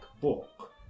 book